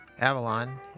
Avalon